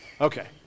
Okay